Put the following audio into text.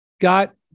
got